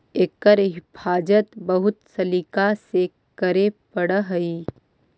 एकर हिफाज़त बहुत सलीका से करे पड़ऽ हइ